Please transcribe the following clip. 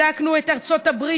בדקנו את ארצות הברית,